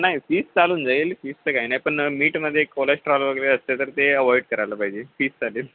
नाही फीश चालून जाईल फीशचं काही नाही पण मीटमध्ये कोलेस्ट्रॉल वगैरे असते तर ते अवॉइड करायला पाहिजे फीश चालेल